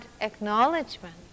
acknowledgement